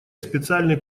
специальный